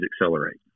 accelerate